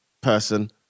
person